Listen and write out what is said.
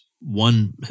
One